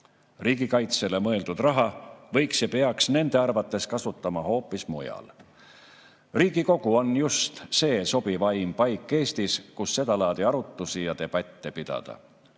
Riigikaitsele mõeldud raha võiks nende arvates kasutada ja peaks kasutama hoopis mujal. Riigikogu on just see sobivaim paik Eestis, kus seda laadi arutlusi ja debatte pidada.